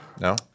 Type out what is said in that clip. no